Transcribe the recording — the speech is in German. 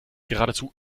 geradezu